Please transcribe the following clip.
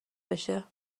بشه